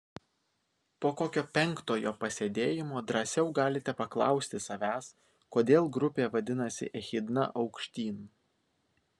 po kokio penktojo pasėdėjimo drąsiau galite paklausti savęs kodėl grupė vadinasi echidna aukštyn